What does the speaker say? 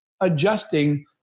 adjusting